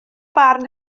barn